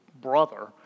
brother